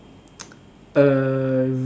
uh